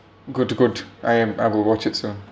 good good I am I will watch it soon